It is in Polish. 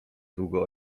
długo